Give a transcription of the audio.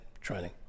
training